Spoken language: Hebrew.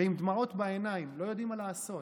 ועם דמעות בעיניים, לא יודעים מה לעשות.